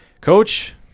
Coach